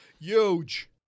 huge